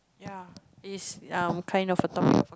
ya is um kind of topic of